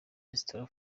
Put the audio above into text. resitora